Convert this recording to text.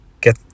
get